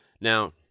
Now